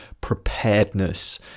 preparedness